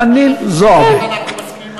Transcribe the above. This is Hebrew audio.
חנין זועְבי.